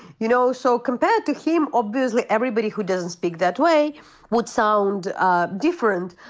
you know. so compared to him, obviously everybody who doesn't speak that way would sound ah different.